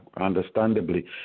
understandably